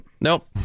Nope